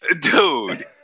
Dude